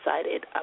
excited